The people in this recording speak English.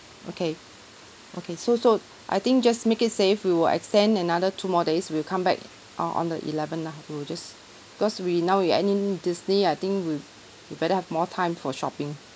okay okay so so I think just make it safe we will extend another two more days we'll come back uh on the eleven lah we will just cause we now we add in disney I think we we better have more time for shopping